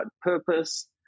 purpose